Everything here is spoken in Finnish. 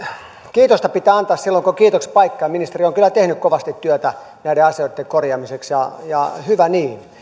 kiitosta pitää antaa silloin kun on kiitoksen paikka ja ministeri on on kyllä tehnyt kovasti työtä näiden asioitten korjaamiseksi ja ja hyvä niin